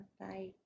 Bye